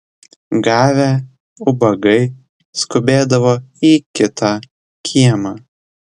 gavę ubagai skubėdavo į kitą kiemą